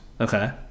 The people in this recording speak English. Okay